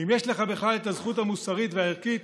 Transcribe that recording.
האם יש לך בכלל הזכות המוסרית והערכית,